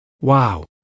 Wow